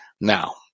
Now